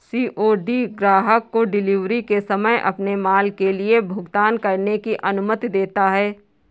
COD ग्राहक को delivery के समय अपने माल के लिए भुगतान करने की अनुमति देता है